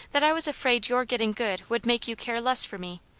that i was afraid your getting good would make you care less for me.